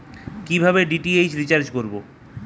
কিভাবে DTH recharge করব?